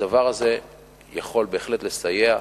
הדבר הזה יכול בהחלט לסייע.